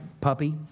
puppy